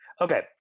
Okay